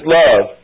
love